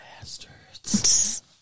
bastards